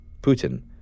Putin